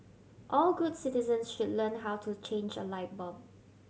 all good citizens should learn how to change a light bulb